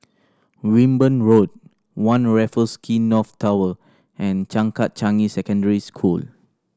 Wimborne Road One Raffles Quay North Tower and Changkat Changi Secondary School